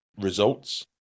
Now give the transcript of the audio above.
results